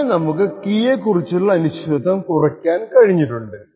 അങ്ങനെ നമുക്ക് കീയെ കുറിച്ചുള്ള അനിശ്ചിതത്വം കുറക്കാൻ കഴിഞ്ഞിട്ടുണ്ട്